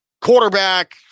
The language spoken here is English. quarterback